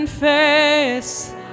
face